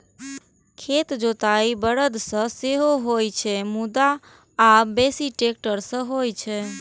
खेतक जोताइ बरद सं सेहो होइ छै, मुदा आब बेसी ट्रैक्टर सं होइ छै